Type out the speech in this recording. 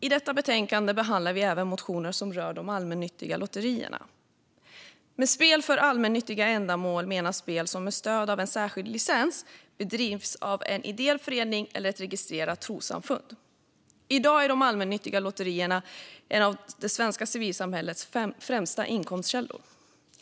I detta betänkande behandlar vi även motioner som rör de allmännyttiga lotterierna. Med spel för allmännyttiga ändamål menas spel som med stöd av en särskild licens bedrivs av en ideell förening eller ett registrerat trossamfund. I dag är de allmännyttiga lotterierna en av det svenska civilsamhällets främsta inkomstkällor.